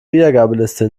wiedergabeliste